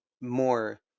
more